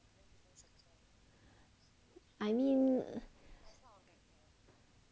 I mean